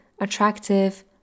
attractive